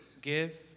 give